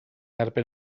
erbyn